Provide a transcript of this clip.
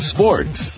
Sports